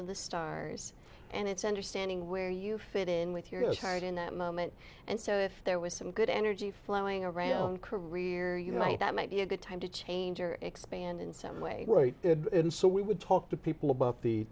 of the stars and it's understanding where you fit in with your heart in that moment and so if there was some good energy flowing around career you might that might be a good time to change or expand in some way and so we would talk to people about the